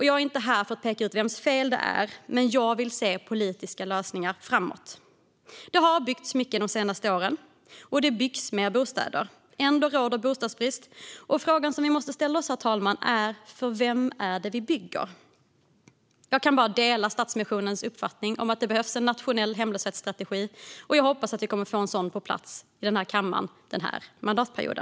Jag är inte här för att peka ut vems fel det är, men jag vill se politiska lösningar framöver. Det har byggts mycket de senaste åren, och det byggs fler bostäder. Ändå råder bostadsbrist. Frågan vi måste ställa oss, herr talman, är: För vem är det vi bygger? Jag kan bara dela Stadsmissionens uppfattning att det behövs en nationell hemlöshetsstrategi, och jag hoppas att vi kommer att få en sådan på plats i den här kammaren under denna mandatperiod.